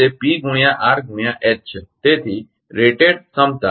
તેથી તે PR ગુણ્યા H છે